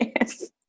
Yes